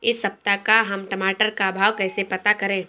इस सप्ताह का हम टमाटर का भाव कैसे पता करें?